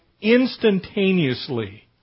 instantaneously